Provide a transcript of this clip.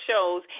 shows